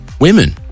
women